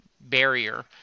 barrier